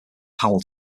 powell